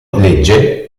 legge